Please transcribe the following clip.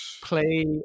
play